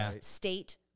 state